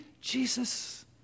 Jesus